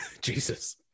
jesus